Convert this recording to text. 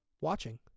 watching